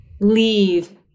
leave